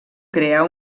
crear